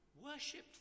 worshipped